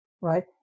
right